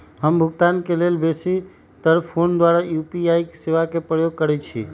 हम भुगतान के लेल बेशी तर् फोन द्वारा यू.पी.आई सेवा के प्रयोग करैछि